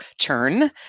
turn